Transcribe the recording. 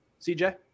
cj